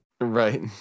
right